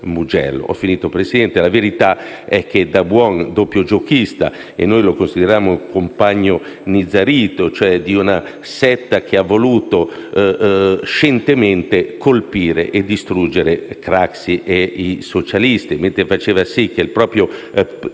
blindato del Mugello. La verità è che da buon doppiogiochista - noi lo consideriamo compagno nizarito, cioè di una setta che ha voluto scientemente colpire e distruggere Craxi e i socialisti - mentre faceva sì che il proprio